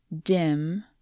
dim